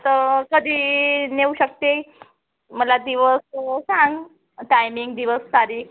तर कधी नेऊ शकते मला दिवस सांग टायमिंग दिवस तारीख